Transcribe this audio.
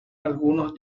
algunos